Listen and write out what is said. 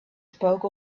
spoke